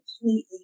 completely